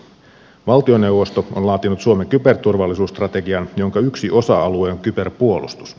valtioneuvosto on laatinut suomen kyberturvallisuusstrategian jonka yksi osa alue on kyberpuolustus